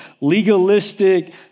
legalistic